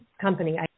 company